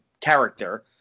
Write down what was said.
Character